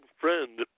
friend